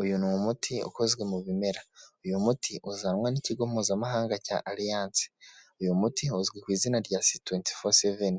Uyu ni umuti ukozwe mu bimera, uyu muti uzanwa n'ikigo mpuzamahanga cya Alliance, uyu muti uzwi ku izina rya C twenty four seven.